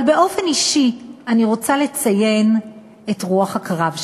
אבל באופן אישי אני רוצה לציין את רוח הקרב שלה,